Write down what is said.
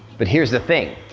but here's the thing,